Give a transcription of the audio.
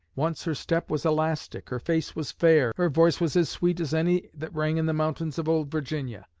once her step was elastic. her face was fair. her voice was as sweet as any that rang in the mountains of old virginia.